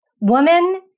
woman